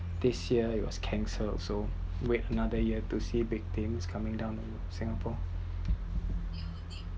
this year it was cancelled also wait another year to see big teams coming down to singapore